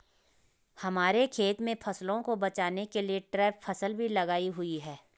हमारे खेत में फसलों को बचाने के लिए ट्रैप फसल भी लगाई हुई है